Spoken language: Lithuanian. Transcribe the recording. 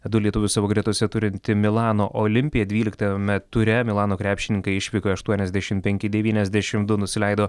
du lietuvius savo gretose turinti milano olimpija dvyliktame ture milano krepšininkai išvykoje aštuoniasdešim penki devyniasdešim du nusileido